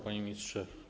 Panie Ministrze!